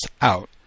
out